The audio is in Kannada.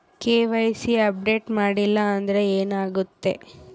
ಕೆ.ವೈ.ಸಿ ಅಪ್ಡೇಟ್ ಮಾಡಿಲ್ಲ ಅಂದ್ರೆ ಏನಾಗುತ್ತೆ?